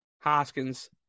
Hoskins